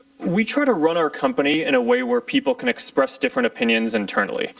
we try to run our company in a way where people can express different opinions internally.